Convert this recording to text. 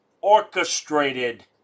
orchestrated